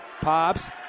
pops